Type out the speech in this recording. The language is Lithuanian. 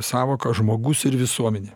sąvoką žmogus ir visuomenė